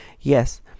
Yes